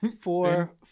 four